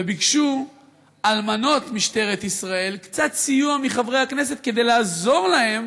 וביקשו אלמנות משטרת ישראל קצת סיוע מחברי הכנסת כדי לעזור להן